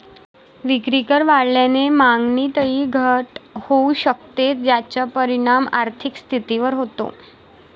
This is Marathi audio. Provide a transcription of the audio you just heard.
विक्रीकर वाढल्याने मागणीतही घट होऊ शकते, ज्याचा परिणाम आर्थिक स्थितीवर होतो